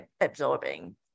absorbing